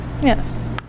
yes